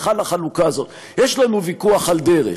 בכלל החלוקה הזו: יש לנו ויכוח על דרך,